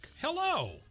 Hello